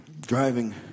driving